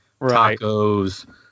tacos